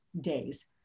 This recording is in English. days